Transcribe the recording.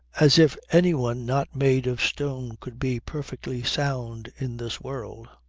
as if anyone not made of stone could be perfectly sound in this world.